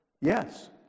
Yes